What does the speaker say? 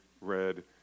read